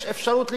יש אפשרות לגוון,